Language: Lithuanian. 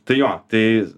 tai jo tai